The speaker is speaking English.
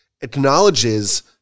acknowledges